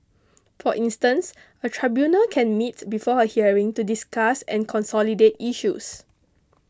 for instance a tribunal can meet before a hearing to discuss and consolidate issues